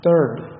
Third